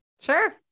Sure